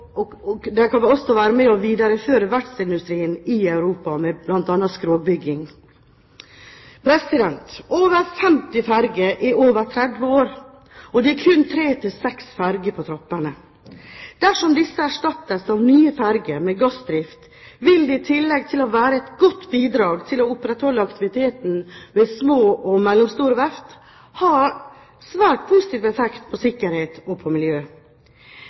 miljøet, som også kan være med og videreføre verftsindustrien i Europa med bl.a. skrogbygging. Over 50 ferger er over 30 år, og det er kun tre–seks ferger på trappene. Dersom disse erstattes av nye ferger med gassdrift, vil det i tillegg til å være et godt bidrag til å opprettholde aktiviteten ved små og mellomstore verft ha svært positiv effekt på sikkerhet og på miljø.